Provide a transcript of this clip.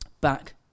back